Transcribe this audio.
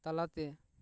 ᱛᱟᱞᱟᱛᱮ